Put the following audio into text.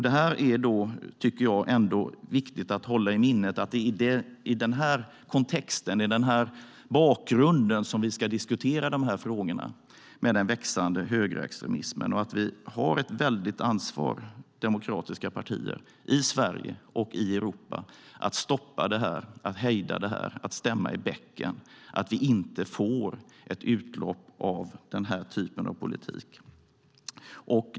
Det är viktigt att hålla i minnet att det är mot den här bakgrunden, den växande högerextremismen, som vi ska diskutera de här frågorna. Vi demokratiska partier i Sverige och Europa har ett väldigt ansvar för att hejda detta och stämma i bäcken, så att vi inte får ett utlopp av den här typen av politik.